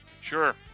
Sure